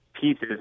pieces